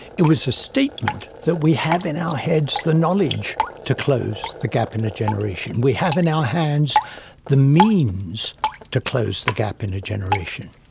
it was a statement that we have in our heads the knowledge to close the gap in a generation we have in our hands the means to close the gap in a generation